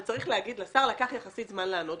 ולשר לקח יחסית די הרבה זמן לענות.